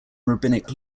rabbinic